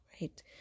right